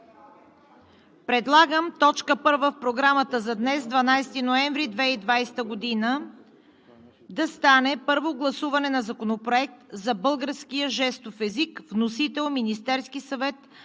Предлагам точка първа в Програмата за днес – 12 ноември 2020 г., да стане: Първо гласуване на Законопроекта за българския жестов език. Вносител – Министерският съвет,